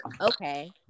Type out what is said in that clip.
okay